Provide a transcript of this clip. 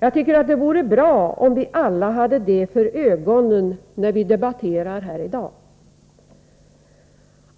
Jag tycker det vore bra om vi alla hade det för ögonen när vi debatterar här i dag.